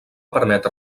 permetre